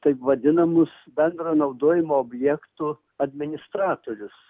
taip vadinamus bendro naudojimo objektų administratorius